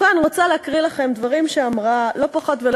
אני רוצה להקריא דברים שאמרה לא פחות ולא